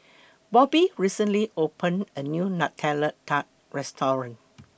Bobbie recently opened A New Nutella Tart Restaurant